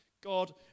God